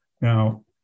Now